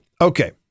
okay